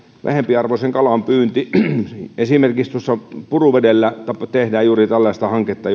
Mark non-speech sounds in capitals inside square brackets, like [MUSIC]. vähempiarvoisen kalan pyynti on tärkeää esimerkiksi tuossa puruvedellä kiteellä tehdään juuri tällaista hanketta [UNINTELLIGIBLE]